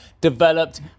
developed